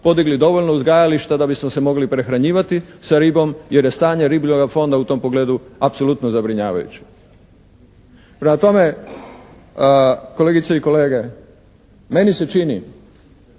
podigli dovoljno uzgajališta da bismo se mogli prehranjivati sa ribom jer je stanje ribljega fonda u tom pogledu apsolutno zabrinjavajuće. Prema tome, kolegice i kolege, meni se čini